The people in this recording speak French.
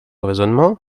raisonnement